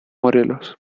morelos